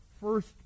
first